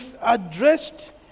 addressed